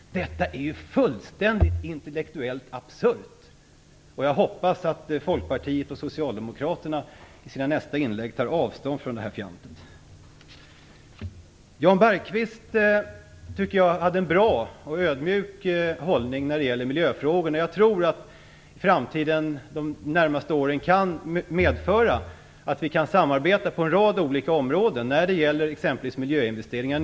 Detta är ju fullständigt intellektuellt absurt! Jag hoppas att representanterna för Folkpartiet och Socialdemokraterna i sina nästa inlägg tar avstånd från det här fjantet. Jan Bergqvist hade en bra och ödmjuk hållning när det gäller miljöfrågorna. Jag tror att vi i framtiden, under de närmaste åren, kommer att kunna samarbeta på en rad olika områden, exempelvis i fråga om miljöinvesteringar.